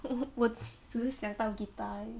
hehe 我只是想到 guitar 而已